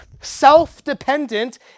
self-dependent